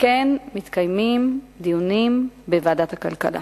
שכן מתקיימים דיונים בוועדת הכלכלה.